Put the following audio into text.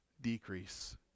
decrease